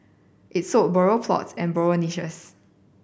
it sold burial plots and burial niches